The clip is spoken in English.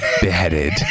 beheaded